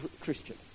Christian